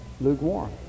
lukewarm